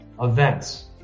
events